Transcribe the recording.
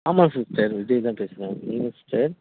ஆமாம் சிஸ்டர் விஜய் தான் பேசுகிறேன் சொல்லுங்க சிஸ்டர்